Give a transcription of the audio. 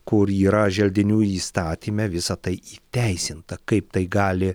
kur yra želdinių įstatyme visa tai įteisinta kaip tai gali